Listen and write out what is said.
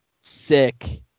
sick